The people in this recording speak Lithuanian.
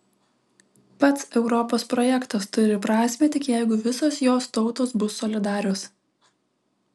pats europos projektas turi prasmę tik jeigu visos jos tautos bus solidarios